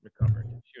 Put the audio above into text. recovered